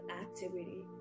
activity